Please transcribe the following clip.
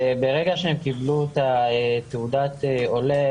ברגע שהם קיבלו את תעודת העולה,